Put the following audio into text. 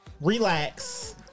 relax